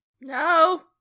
No